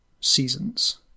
Seasons